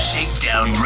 Shakedown